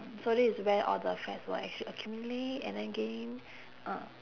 so this is where all the fats will actually accumulate and then gain ah